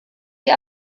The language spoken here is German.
die